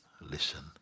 listen